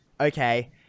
okay